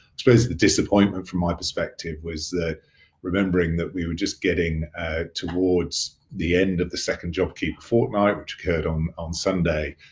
suppose the disappointment from my perspective was remembering that we were just getting towards the end of the second jobkeeper fortnight which occurred on on sunday,